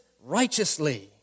righteously